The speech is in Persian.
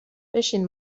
بشین